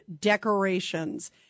decorations